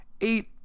Eight